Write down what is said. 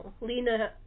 Lena